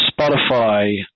Spotify